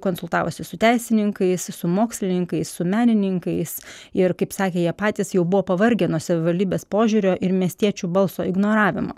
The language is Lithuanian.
konsultavosi su teisininkais su mokslininkais su menininkais ir kaip sakė jie patys jau buvo pavargę nuo savivaldybės požiūrio ir miestiečių balso ignoravimo